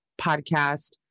podcast